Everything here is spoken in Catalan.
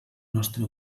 nostre